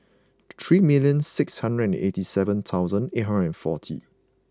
three million six hundred and eighty seven thousand eight hundred and forty